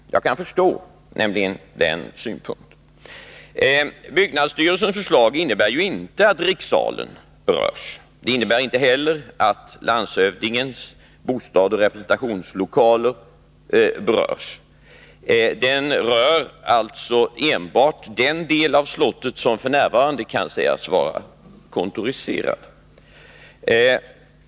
Jag kan nämligen förstå den synpunkten. Byggnadsstyrelsens förslag innebär inte att rikssalen berörs, inte heller att landshövdingens bostadsoch representationslokaler berörs. Det rör enbart den del av slottet som f. n. kan sägas vara kontoriserad.